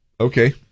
Okay